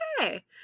okay